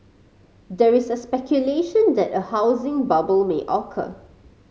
there's a speculation that a housing bubble may occur